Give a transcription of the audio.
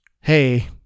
Hey